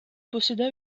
posséda